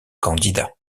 candidats